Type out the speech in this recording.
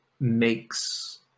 makes